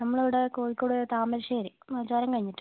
നമ്മൾ ഇവിടെ കോഴിക്കോട് താമരശ്ശേരി മൊയ്ദുപ്പാലം കഴിഞ്ഞിട്ട്